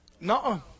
No